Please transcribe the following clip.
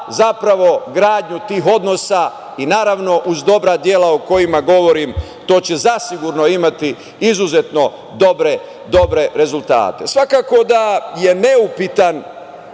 zapravo gradnju tih odnosa i naravno uz dobra dela, o kojima govorim, to će zasigurno imati izuzetno dobre rezultate. Svakako da je neupitan